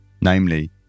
Namely